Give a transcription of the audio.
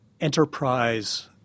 enterprise